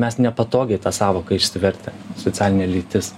mes nepatogiai tą sąvoką išsivertę socialinė lytis